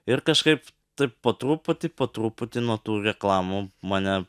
ir kažkaip taip po truputį po truputį nuo tų reklamų mane